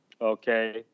okay